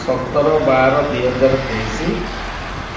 ସତର ବାର ଦୁଇ ହଜାର ତେଇଶି